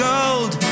Gold